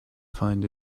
find